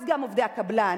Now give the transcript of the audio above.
אז גם עובדי הקבלן,